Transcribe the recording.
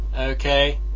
Okay